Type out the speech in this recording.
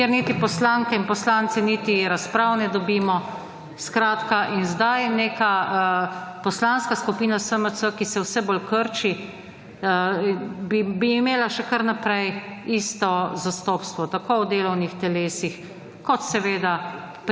kjer niti poslanke in poslanci niti razprav ne dobimo, skratka. In zdaj neka Poslanska skupina SMC, ki se vse bolj krči, bi imela še kar naprej isto zastopstvo, tako v delovnih telesih kot seveda